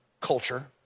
culture